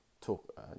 talk